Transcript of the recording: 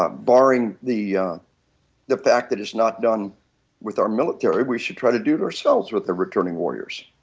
ah borrowing the the pack that is not done with our military we should try to do it ourselves with the returning warriors.